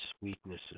weaknesses